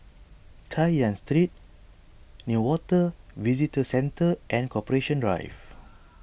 Chay Yan Street Newater Visitor Centre and Corporation Drive